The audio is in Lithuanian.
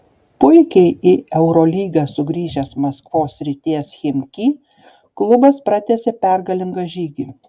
puikiai į eurolygą sugrįžęs maskvos srities chimki klubas pratęsė pergalingą žygį